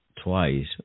twice